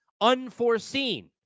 unforeseen